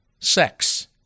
Sex